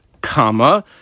comma